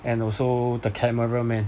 and also the camera man